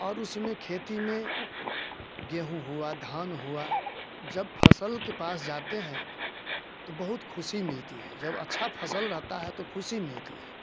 और उसमें खेती में गेहूँ हुआ धान हुआ जब फ़सल के पास जाते हैं तो बहुत ख़ुशी मिलती है जब अच्छी फ़सल रहती है तो ख़ुशी मिलती है